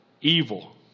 evil